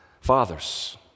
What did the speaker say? Fathers